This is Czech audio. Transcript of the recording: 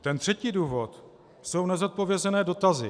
Ten třetí důvod jsou nezodpovězené dotazy.